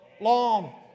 long